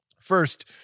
First